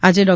આજે ડો